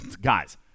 guys